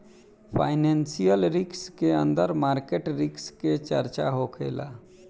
financial risk के अंदर market risk के चर्चा होखेला